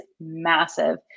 massive